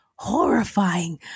horrifying